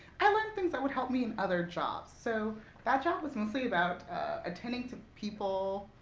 i learned things that would help me in other jobs. so that job was mostly about attending to people,